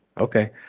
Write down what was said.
Okay